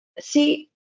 See